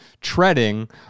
treading